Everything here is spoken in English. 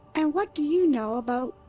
and what do you know about.